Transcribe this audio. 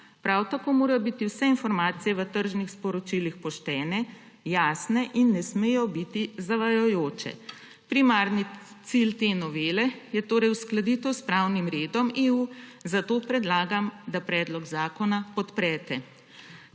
Prav tako morajo biti vse informacije v tržnih sporočilih poštene, jasne in ne smejo biti zavajajoče. Primarni cilj te novele je torej uskladitev s pravnim redom EU, zato predlagam, da predlog zakona podprete.